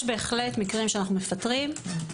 יש בהחלט מקרים שאנחנו מפטרים בהם.